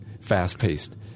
fast-paced